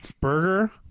burger